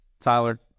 Tyler